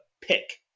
pick